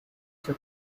seu